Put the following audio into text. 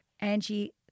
Angie